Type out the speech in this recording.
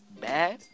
bad